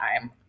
time